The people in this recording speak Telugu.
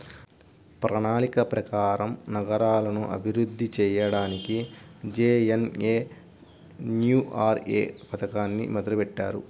ప్రణాళిక ప్రకారం నగరాలను అభివృద్ధి చెయ్యడానికి జేఎన్ఎన్యూఆర్ఎమ్ పథకాన్ని మొదలుబెట్టారు